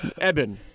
Eben